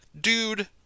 dude